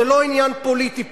זה לא עניין פוליטי פה,